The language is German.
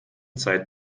zeit